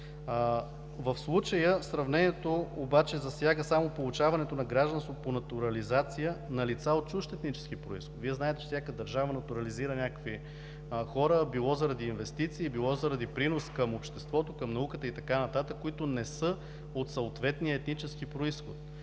В случая сравнението обаче засяга само получаването на гражданство по натурализация на лица от чужд етнически произход. Вие знаете, че всяка държава натурализира някакви хора – било заради инвестиции, било заради принос към обществото, към науката и така нататък, които не са от съответния етнически произход.